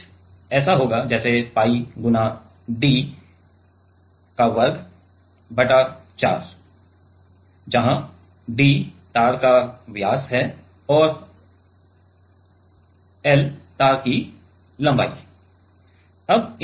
A कुछ ऐसा होगा जैसे पाई 𝜋 D वर्ग बटा 4 जैसे कि D तार का व्यास है और L तार की लंबाई है